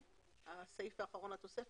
סעיף 74, הסעיף האחרון לתוספת.